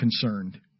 concerned